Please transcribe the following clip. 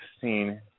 seen